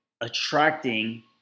attracting